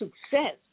success